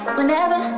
Whenever